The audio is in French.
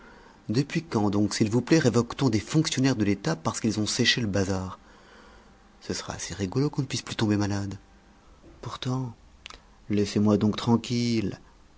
depuis quand donc s'il vous plaît révoque t on des fonctionnaires de l'état parce qu'ils ont séché le bazar ce serait assez rigolo qu'on ne puisse plus tomber malade pourtant laissez-moi donc tranquille